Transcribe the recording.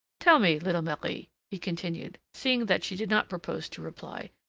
tell me, little marie, he continued, seeing that she did not propose to reply,